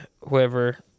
whoever